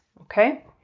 Okay